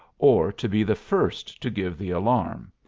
or to be the first to give the alarm,